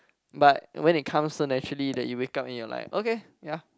but when it comes so naturally that you wake up and you're like okay ya